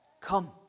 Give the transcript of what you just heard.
Come